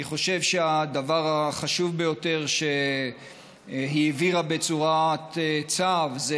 אני חושב שהדבר החשוב ביותר שהיא העבירה בצורת צו זה